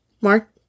Mark